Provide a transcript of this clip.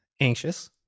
Anxious